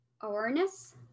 awareness